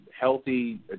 healthy